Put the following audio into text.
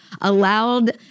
allowed